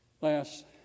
Last